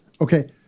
Okay